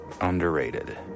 underrated